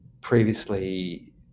Previously